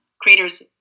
creators